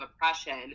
oppression